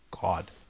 God